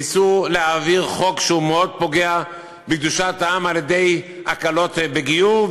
ניסו להעביר חוק שהוא מאוד פוגע בקדושת העם על-ידי הקלות בגיור,